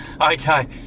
Okay